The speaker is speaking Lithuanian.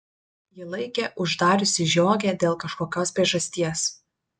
ji laikė uždariusi žiogę dėl kažkokios priežasties